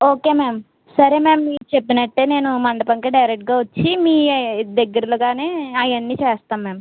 okay ma'am సరే ma'am మీరు చెప్పినట్టే నేను మండపంకి డైరెక్ట్గా వచ్చి మీ దగ్గరలో గానే అవన్నీ చేస్తాం మ్యామ్